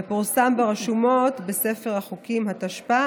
ופורסם ברשומות בספר החוקים התשפ"א,